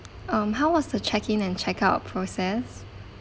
um how was the check-in and checkout process